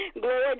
glory